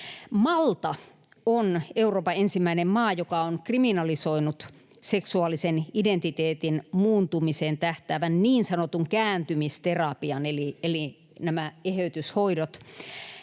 Malta on Euroopan ensimmäinen maa, joka on kriminalisoinut seksuaalisen identiteetin muuntumiseen tähtäävän niin sanotun kääntymisterapian eli nämä eheytyshoidot.